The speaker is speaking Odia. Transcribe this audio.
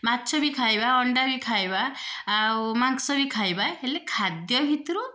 ମାଛ ବି ଖାଇବା ଅଣ୍ଡା ବି ଖାଇବା ଆଉ ମାଂସ ବି ଖାଇବା ହେଲେ ଖାଦ୍ୟ ଭିତରୁ